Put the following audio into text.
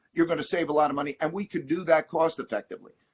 you're going to save a lot of money, and we could do that cost-effectively.